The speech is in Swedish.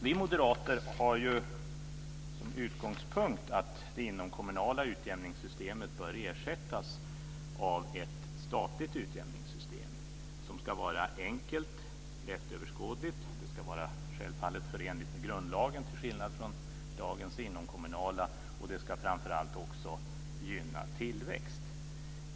Vi moderater har som utgångspunkt att det inomkommunala utjämningssystemet bör ersättas av ett statligt utjämningssystem som ska vara enkelt, lättöverskådligt och självfallet förenligt med grundlagen, till skillnad från dagens inomkommunala. Det ska framför allt också gynna tillväxt.